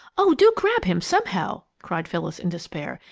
oh, do grab him, somehow! cried phyllis, in despair.